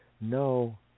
No